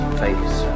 face